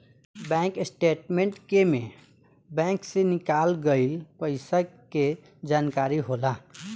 bank statement के में bank से निकाल गइल पइसा के जानकारी होला